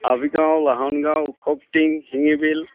Abigaon Lahan Gaon Okhkoting Shingibil